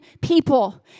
people